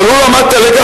אבל הוא למד את הלקח,